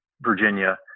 Virginia